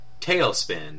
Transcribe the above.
Tailspin